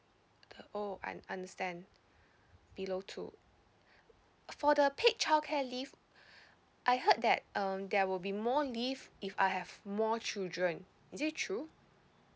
oh un~ understand below two for the paid childcare leave I heard that um there will be more leave if I have more children is it true